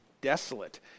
desolate